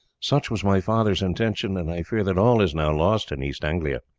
such was my father's intention, and i fear that all is now lost in east anglia.